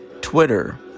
Twitter